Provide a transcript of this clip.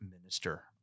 minister